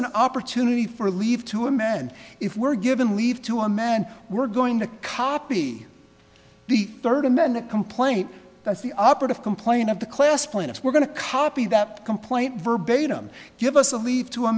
an opportunity for leave to a man if we're given leave to our man we're going to copy the third amended complaint that's the operative complaint of the class planets we're going to copy that complaint verbatim give us a leave to a